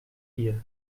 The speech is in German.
dir